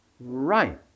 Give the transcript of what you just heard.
Right